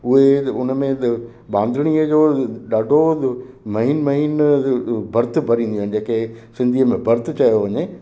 उहे हुन में त बांधणीअ जो ॾाढो महीन महीन भर्तु भरींदियूं आहिनि जे के सिंधीअ में भर्तु चयो वञे